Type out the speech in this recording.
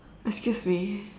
excuse me